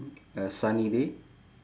a sunny day